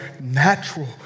natural